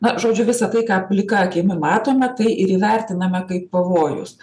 na žodžiu visa tai ką plika akimi matome tai ir įvertiname kaip pavojus